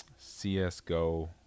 CSGO